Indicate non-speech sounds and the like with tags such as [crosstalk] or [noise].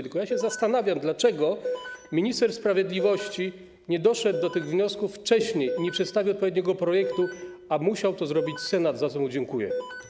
Tylko ja się zastanawiam, [noise] dlaczego minister sprawiedliwości nie doszedł do tych wniosków wcześniej i nie przedstawił odpowiedniego projektu, a musiał to zrobić Senat, za co mu dziękuję.